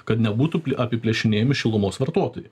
kad nebūtų apiplėšinėjami šilumos vartotojai